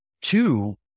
Two